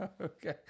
Okay